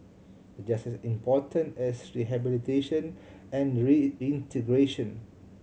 the just as important as rehabilitation and reintegration